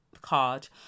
card